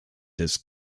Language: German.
des